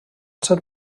ser